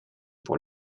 pour